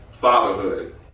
fatherhood